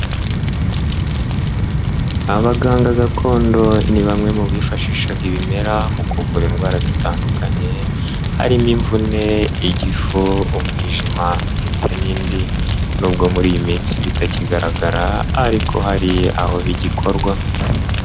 Abaganga gakondo ni bamwe mu bifashishaga ibimera mu kuvura indwara zitandukanye harimo imvune, igifu, umwijima ndetse n'indi. Nubwo muri iyi minsi bitakigaragara ariko hari aho bigikorwa.